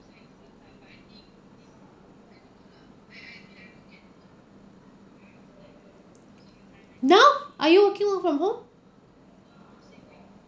no are you okay work from home